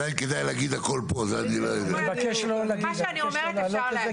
מה שאני אומרת אפשר להגיד.